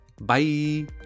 Bye